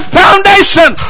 foundation